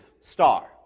star